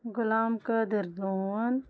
غۄلام Qadir لون